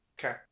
okay